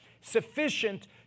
sufficient